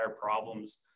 problems